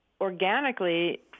organically